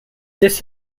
this